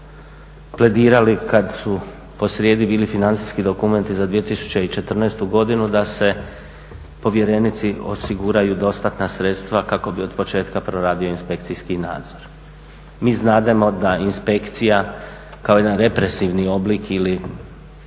pledirali kad su posrijedi bili financijski dokumenti za 2014. godinu da se povjerenici osiguraju dostatna sredstva kako bi otpočetka proradio inspekcijski nadzor. Mi znademo da inspekcija kao jedan represivni oblik ili